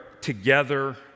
together